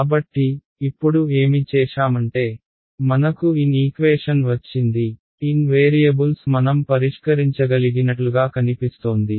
కాబట్టి ఇప్పుడు ఏమి చేశామంటే మనకు N ఈక్వేషన్ వచ్చింది N వేరియబుల్స్ మనం పరిష్కరించగలిగినట్లుగా కనిపిస్తోంది